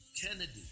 Kennedy